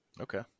Okay